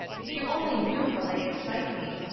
if you only knew how they excite me!